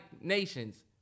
Nations